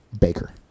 Baker